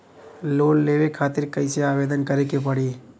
Loan लेवे खातिर कइसे आवेदन करें के पड़ी?